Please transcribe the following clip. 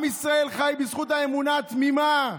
עם ישראל חי בזכות האמונה התמימה.